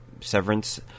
severance